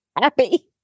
happy